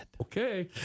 Okay